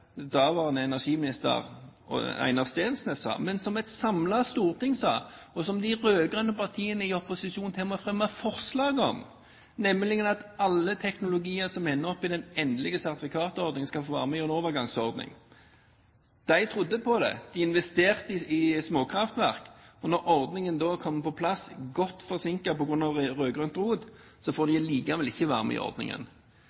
daværende energiminister Einar Steensnæs, men et samlet storting sa at alle teknologier som endte opp i den endelige sertifikatordningen, skulle få være med i en overgangsordning. De rød-grønne partiene fremmet i opposisjon til og med forslag om det. Mange trodde på det og investerte i småkraftverk, men da ordningen kom på plass – godt forsinket på grunn av rød-grønt rot – fikk de